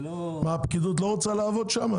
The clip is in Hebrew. מה, הפקידות לא רוצה לעבוד שם?